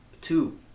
two